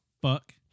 fuck